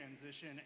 transition